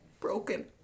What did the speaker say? broken